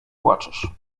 płaczesz